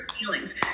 feelings